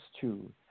Two